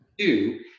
Two